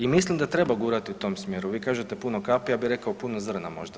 I mislim da treba gurati u tom smjeru, vi kažete puno kapi, ja bi rekao puno zrna možda.